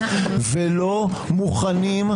ולא מוכנים,